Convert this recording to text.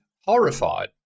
horrified